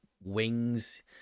wings